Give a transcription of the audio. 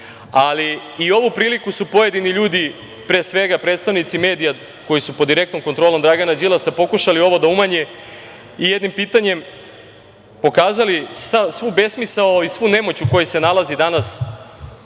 i ovu priliku su pojedini ljudi, pre svega predstavnici medija koji su pod direktnom kontrolom Dragana Đilasa, pokušali ovo da umanje i jednim pitanjem pokazali svu besmisao i svu nemoć u kojoj se nalazi danas